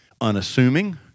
unassuming